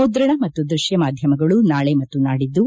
ಮುದ್ರಣ ಮತ್ತು ದೃತ್ಯ ಮಾಧ್ಯಮಗಳು ನಾಳೆ ಮತ್ತು ನಾಡಿದ್ದು